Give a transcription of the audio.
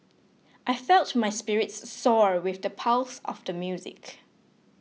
I felt my spirits soar with the pulse of the music